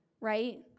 right